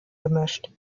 gemischt